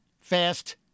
fast